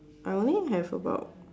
I only have about